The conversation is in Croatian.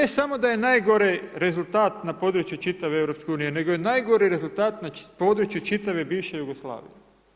To ne samo da je najgori rezultat na području čitave EU, nego je najgori rezultat na području čitave bivše Jugoslavije.